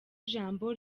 ijambo